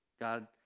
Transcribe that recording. God